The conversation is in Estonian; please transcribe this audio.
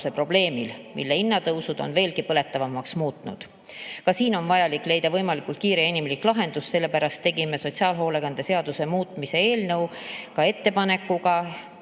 probleemil, mille hinnatõusud on veelgi põletavamaks muutnud. Ka siin on vajalik leida võimalikult kiire ja inimlik lahendus, sellepärast tegime sotsiaalhoolekande seaduse muutmise eelnõuga ettepaneku